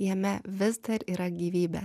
jame vis dar yra gyvybė